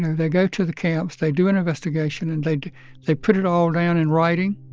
they go to the camps. they do an investigation, and like they put it all down in writing.